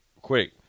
Quick